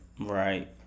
Right